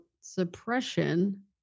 suppression